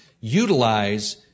utilize